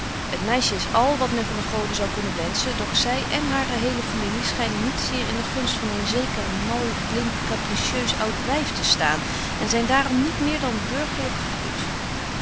meisje is al wat men van de goden zou kunnen wenschen doch zy en hare hele familie schynen niet zeer in de gunst van een zeker mal blint capritieus oud wyf te staan en zyn daarom niet meer dan burgerlyk gegoet